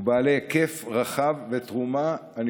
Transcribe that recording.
ובעלי היקף רחב ותרומה אדירה,